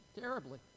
terribly